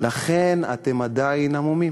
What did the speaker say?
לכן אתם עדיין המומים.